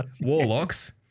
Warlocks